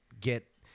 get